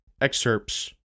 excerpts